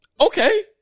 Okay